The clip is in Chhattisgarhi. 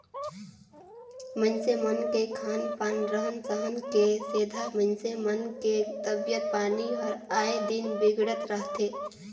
मइनसे मन के खान पान, रहन सहन के सेंधा मइनसे मन के तबियत पानी हर आय दिन बिगड़त रथे